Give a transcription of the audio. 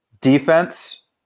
defense